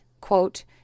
quote